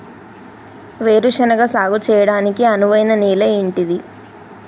వేరు శనగ సాగు చేయడానికి అనువైన నేల ఏంటిది?